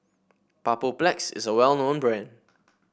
Papulex is a well known brand